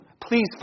please